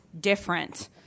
different